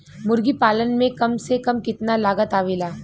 मुर्गी पालन में कम से कम कितना लागत आवेला?